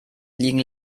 liegen